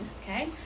okay